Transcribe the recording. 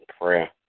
prayer